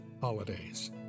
holidays